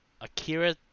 akira